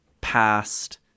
past